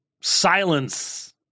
silence